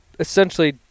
Essentially